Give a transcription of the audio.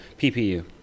PPU